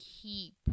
keep